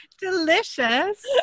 delicious